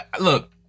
look